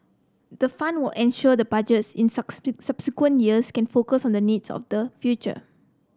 the fund will ensure the Budgets in subsequent years can focus on the needs of the future